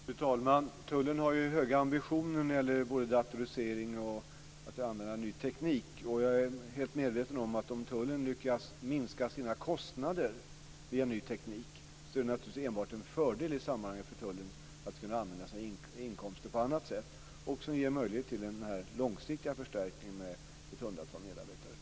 Fru talman! Tullen har höga ambitioner när det gäller både datorisering och att använda ny teknik. Jag är helt medveten om att om tullen lyckas minska sina kostnader via ny teknik är det naturligtvis enbart en fördel för tullen att kunna använda sina inkomster på annat sätt. Det ger också möjlighet till den långsiktiga förstärkningen med ett hundratal medarbetare.